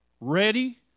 ready